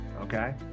okay